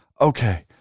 okay